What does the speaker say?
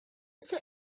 she